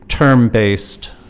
term-based